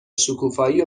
شکوفایی